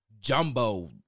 jumbo